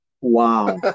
wow